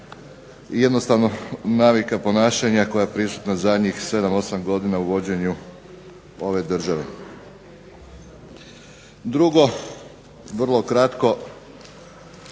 i jednostavno navika ponašanja koja je prisutna zadnjih 7, 8 godina u vođenju ove države. Drugo, vrlo kratko,